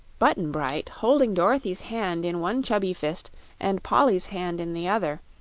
button-bright, holding dorothy's hand in one chubby fist and polly's hand in the other,